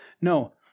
No